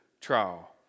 trial